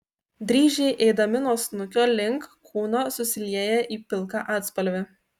dryžiai eidami nuo snukio link kūno susilieja į pilką atspalvį